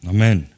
Amen